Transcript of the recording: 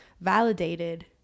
validated